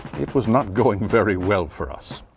it was not going very well for us.